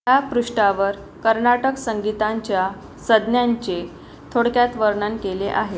ह्या पृष्ठावर कर्नाटक संगीतांच्या सज्ञांचे थोडक्यात वर्णन केले आहे